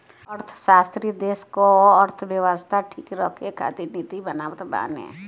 अर्थशास्त्री देस कअ अर्थव्यवस्था ठीक रखे खातिर नीति बनावत बाने